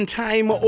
time